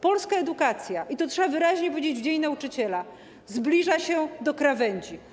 Polska edukacja, i to trzeba wyraźnie powiedzieć w dniu nauczyciela, zbliża się do krawędzi.